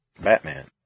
Batman